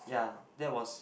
ya that was